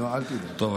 טוב.